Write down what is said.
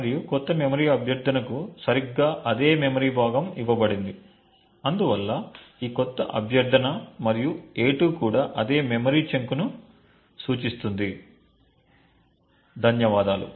మరియు క్రొత్త మెమరీ అభ్యర్థనకు సరిగ్గా అదే మెమరీ భాగం ఇవ్వబడింది అందువలన ఈ క్రొత్త అభ్యర్థన మరియు a2 కూడా అదే మెమరీ చంక్ ను సూచిస్తుంది ధన్యవాదాలు